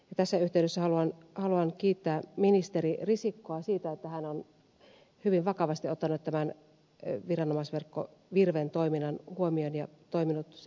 tässä yhteydessä haluan kiittää ministeri risikkoa siitä että hän on hyvin vakavasti ottanut tämän viranomaisverkko virven toiminnan huomioon ja toiminut sen hyväksi